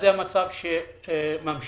זה המצב שממשיך.